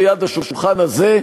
ליד השולחן הזה,